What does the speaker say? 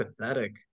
pathetic